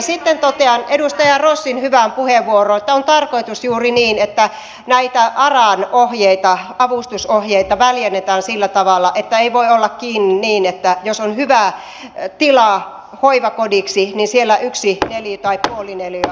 sitten totean edustaja rossin hyvään puheenvuoroon että on tarkoitus juuri niin että näitä aran avustusohjeita väljennetään sillä tavalla ettei voi olla niin että jos on hyvä tila hoivakodiksi niin siellä yksi neliö tai puoli neliötä ratkaisee ettei sitä voida käyttää